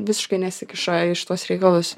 visiškai nesikiša į šituos reikalus